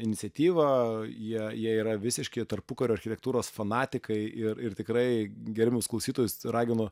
iniciatyva jie jie yra visiški tarpukario architektūros fanatikai ir ir tikrai gerbiamus klausytojus raginu